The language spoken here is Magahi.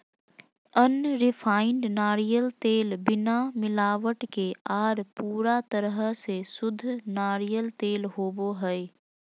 अनरिफाइंड नारियल तेल बिना मिलावट के आर पूरा तरह से शुद्ध नारियल तेल होवो हय